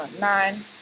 Nine